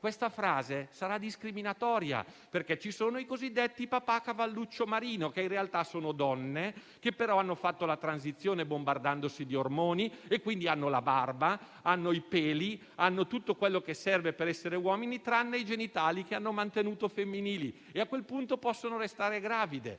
questa frase sarà discriminatoria, perché ci sono i cosiddetti papà cavalluccio marino, che in realtà sono donne, che però hanno fatto la transizione, bombardandosi di ormoni, e quindi hanno la barba, i peli e tutto quello che serve per essere uomini, tranne i genitali, che hanno mantenuto femminili; a quel punto, possono restare gravide,